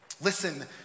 Listen